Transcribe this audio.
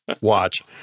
watch